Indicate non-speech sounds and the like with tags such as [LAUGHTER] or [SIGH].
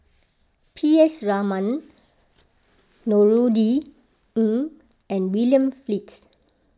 P S Raman [UNINTELLIGIBLE] Ng and William Flint